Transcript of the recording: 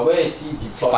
but where is he deployed